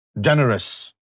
generous